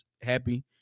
happy